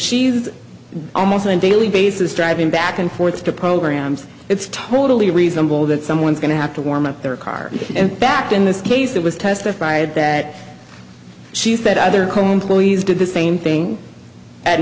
she's almost on a daily basis driving back and forth to programs it's totally reasonable that someone's going to have to warm up their car in fact in this case it was testified that she said other companies did the same thing a